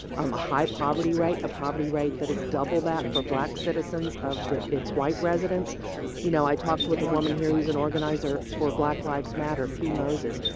um a high poverty rate, a poverty rate that is double that for black citizens of its white residents you know, i talked with a woman here who's an organizer for black lives matter, p. moses,